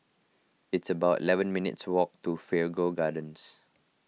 it's about eleven minutes' walk to Figaro Gardens